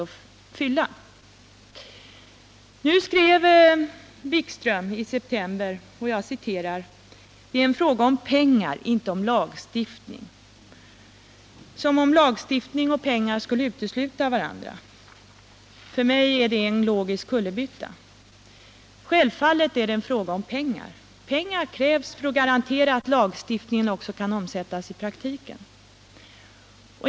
Jan-Erik Wikström skrev i september: ”Det är en fråga om pengar, inte om lagstiftning.” Som om lagstiftning och pengar skulle utesluta varandra. För mig är detta en logisk kullerbytta. Självfallet är det fråga om pengar. Pengar krävs för att garantera att lagstiftningen också omsätts i praktiken!